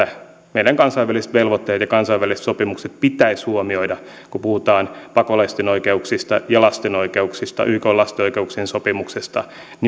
meidän kansainväliset velvoitteemme ja kansainväliset sopimukset pitäisi huomioida kun puhutaan pakolaisten oikeuksista ja lasten oikeuksista ykn lasten oikeuksien sopimuksesta